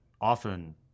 often